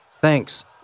Thanks